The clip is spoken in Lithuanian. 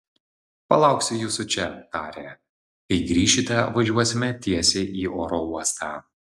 palauksiu jūsų čia tarė kai grįšite važiuosime tiesiai į oro uostą